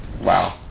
Wow